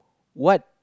what